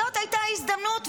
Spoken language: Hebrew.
זאת הייתה ההזדמנות,